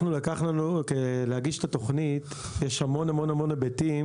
כדי להגיש את התוכנית יש המון-המון היבטים,